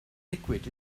liquid